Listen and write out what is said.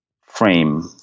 frame